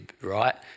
right